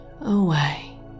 away